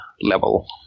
level